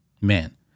Man